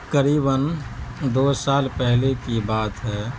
قریباً دو سال پہلے کی بات ہے